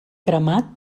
cremat